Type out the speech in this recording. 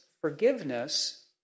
forgiveness